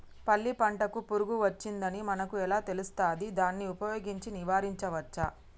పల్లి పంటకు పురుగు వచ్చిందని మనకు ఎలా తెలుస్తది దాన్ని ఉపయోగించి నివారించవచ్చా?